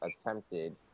attempted